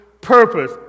purpose